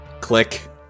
Click